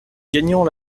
gagnant